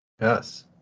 Yes